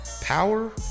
Power